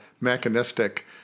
mechanistic